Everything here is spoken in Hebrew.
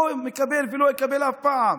לא מקבל ולא אקבל אף פעם.